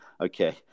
okay